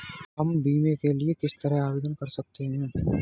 हम बीमे के लिए किस तरह आवेदन कर सकते हैं?